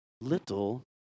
Little